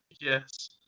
Yes